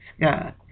God